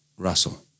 Russell